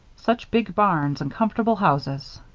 such big barns and comfortable houses.